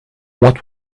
what